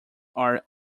are